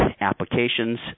applications